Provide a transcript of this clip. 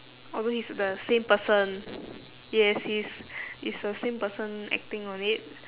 oh wait he's the same person yes he is it's the same person acting on it